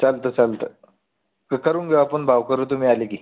चालतं चालतं ते करून घेऊ आपण भाव करू तुम्ही आले की